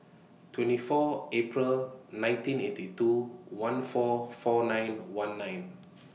twenty four April nineteen eighty two one four four nine one nine